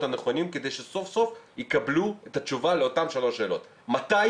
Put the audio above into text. הנכונים כדי שסוף סוף יקבלו את התשובה לאותן שלוש שאלות: מתי?